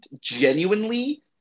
genuinely